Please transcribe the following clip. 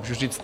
Můžu říct,